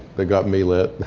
they got me lit.